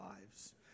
lives